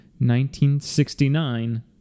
1969